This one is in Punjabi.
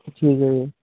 ਠੀਕ ਹੈ ਜੀ